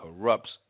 corrupts